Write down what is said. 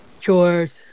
chores